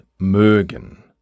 mögen